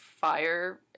fire